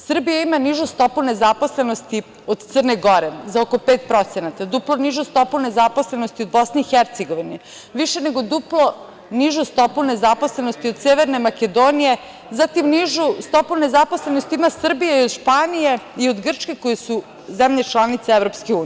Srbija ima nižu stopu nezaposlenosti od Crne Gore za oko 5%, duplo nižu stopu nezaposlenosti od BiH, više nego duplo nižu stopu nezaposlenosti od Severne Makedonije, zatim nižu stopu nezaposlenosti ima Srbija i od Španije i od Grčke koje su zemlje članica EU.